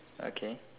okay